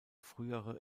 frühere